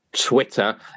Twitter